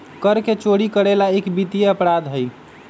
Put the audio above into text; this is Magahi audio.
कर के चोरी करे ला एक वित्तीय अपराध हई